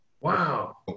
Wow